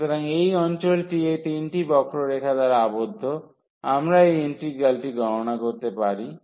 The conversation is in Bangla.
সুতরাং এই অঞ্চলটি এই তিনটি বক্ররেখা দ্বারা আবদ্ধ আমরা এই ইন্টিগ্রালটি গণনা করতে পারি